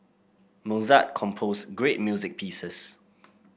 Mozart composed great music pieces